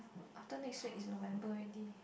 after next week is November already